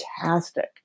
fantastic